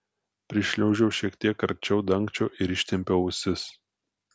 prišliaužiau šiek tiek arčiau dangčio ir ištempiau ausis